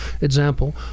example